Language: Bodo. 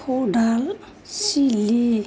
खदाल सिलि